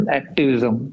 activism